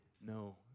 no